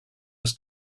was